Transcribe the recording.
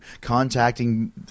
Contacting